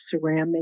ceramic